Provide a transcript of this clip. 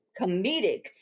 comedic